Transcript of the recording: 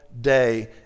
day